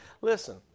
listen